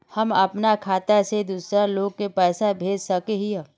हम अपना खाता से दूसरा लोग के पैसा भेज सके हिये?